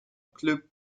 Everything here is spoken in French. club